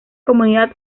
comunidad